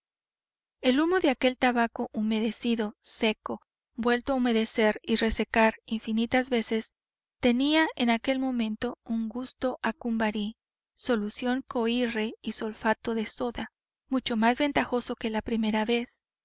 el humo de aquel tabaco humedecido seco vuelto a humedecer y resecar infinitas veces tenía en aquel momento un gusto a cumbarí solución coirre y sulfato de soda mucho más ventajoso que la primera vez